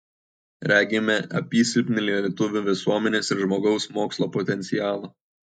regime apysilpnį lietuvių visuomenės ir žmogaus mokslo potencialą